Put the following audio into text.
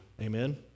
Amen